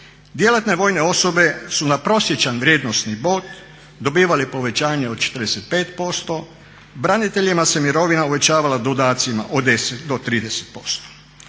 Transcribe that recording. djelatne vojne osobe su na prosječan vrijednosni bod dobivali povećanje od 45%, braniteljima se mirovina uvećavala dodacima od 10 do 30%.